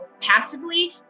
passively